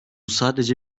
sadece